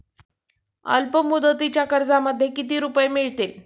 अल्पमुदतीच्या कर्जामध्ये किती रुपये मिळतील?